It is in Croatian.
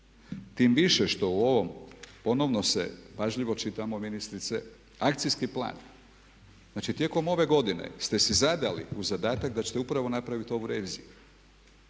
Tim više što u ovom ponovno se, pažljivo čitamo ministrice, akcijski plan, znači tijekom ove godine ste si zadali u zadatak da ćete upravo napraviti ovu reviziju.